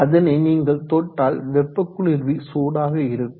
அதனை நீங்கள் தொட்டால் வெப்ப குளிர்வி சூடாக இருக்கும்